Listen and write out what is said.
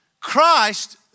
Christ